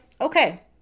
okay